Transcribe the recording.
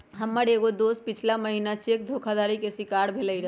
हमर एगो दोस पछिला महिन्ना चेक धोखाधड़ी के शिकार भेलइ र